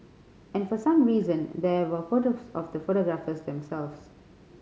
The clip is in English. and for some reason there were photos of the photographers themselves